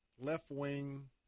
left-wing